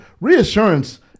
reassurance